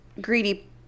Greedy